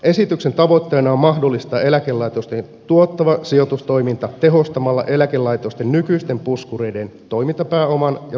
esityksen tavoitteena on mahdollistaa eläkelaitosten tuottava sijoitustoiminta tehostamalla eläkelaitosten nykyisten puskureiden toimintapääoman ja tasoitusmäärän käyttöä